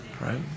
right